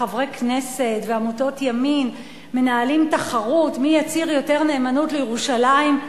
חברי כנסת ועמותות ימין מנהלים תחרות מי יצהיר יותר נאמנות לירושלים,